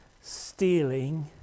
stealing